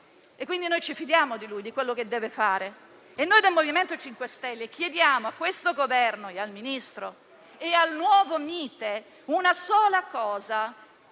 quindi noi ci fidiamo di lui e di quello che deve fare. Noi del MoVimento 5 Stelle chiediamo al Governo, al Ministro e al nuovo Ministero